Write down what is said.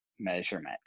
Measurement